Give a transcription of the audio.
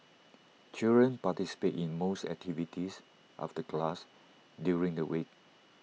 children participate in most activities of the class during the week